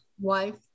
Wife